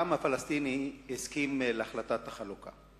העם הפלסטיני הסכים להחלטת החלוקה.